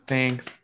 Thanks